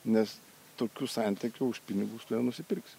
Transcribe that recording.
nes tokių santykių už pinigus tu nenusipirksi